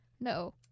No